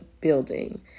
building